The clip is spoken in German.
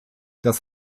dass